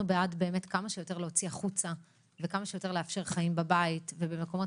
אנחנו בעד כמה שיותר להוציא החוצה וכמה שיותר לאפשר חיים בבית ובמקומות